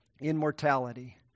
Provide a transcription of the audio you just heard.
immortality